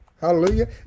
Hallelujah